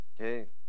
Okay